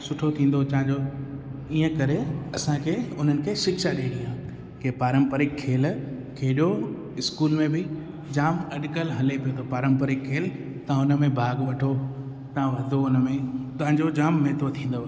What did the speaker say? ईअं सुठो थींदो तव्हांजो ईअं करे असांखे उन्हनि खे शिक्षा ॾियणी आहे की पारम्परिकु खेल खेॾो इस्कूल में जामु अॼुकल्ह हले पियो त पारम्परिकु खेल तव्हां हुन में भाॻु वठो तव्हां वधो उन में तव्हांजो जामु महत्व थींदव